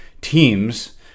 teams